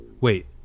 wait